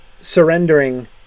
surrendering